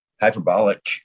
Hyperbolic